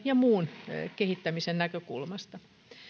ja muun kehittämisen näkökulmasta